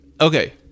okay